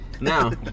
Now